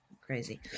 Crazy